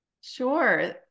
Sure